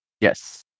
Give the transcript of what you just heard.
Yes